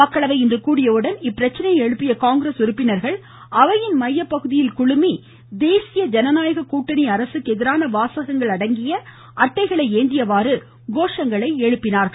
மக்களவை இன்று கூடியவுடன் இப்பிரச்சனையை எழுப்பிய காங்கிரஸ் உறுப்பினர்கள் அவையின் மையப்பகுதியில் குழுமி தேசிய ஜனநாயக கூட்டணி அரசுக்கு எதிரான வாசகங்கள் அடங்கிய அட்டைகளை ஏந்தியவாறு கோஷங்களை எழுப்பினார்கள்